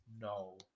no